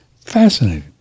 Fascinating